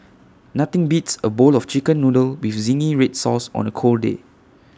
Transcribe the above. nothing beats A bowl of Chicken Noodles with Zingy Red Sauce on A cold day